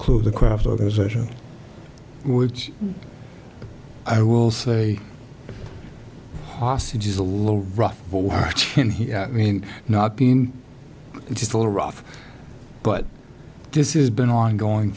clutha craft organization which i will say hostage is a little rough but watch him he mean not being just a little rough but this is been ongoing